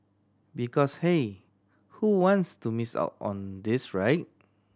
because hey who wants to miss out on this right